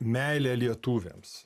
meilė lietuviams